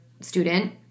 student